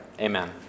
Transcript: Amen